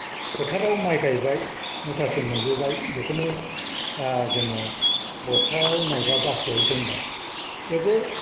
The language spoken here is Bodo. फोथाराव माइ गायबाय मुथासे मोनबोबाय बेखौनो जोङो बस्थायाव नायबा बाख्रियाव दोनबाय जोबोद